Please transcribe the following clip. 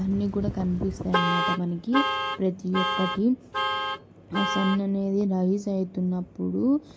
అన్ని కూడా కనిపిస్తాయనమాట మనకి ప్రతి ఒక్కటి ఆ సన్ అనేది రైజ్ అవుతున్నప్పుడు